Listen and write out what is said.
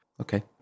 Okay